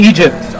Egypt